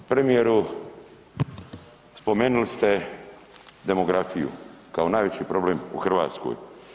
Premijeru spomenuli ste demografiju kao najveći problem u Hrvatskoj.